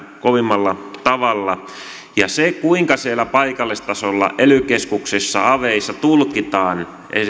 kovimmalla tavalla se kuinka siellä paikallistasolla ely keskuksissa aveissa tulkitaan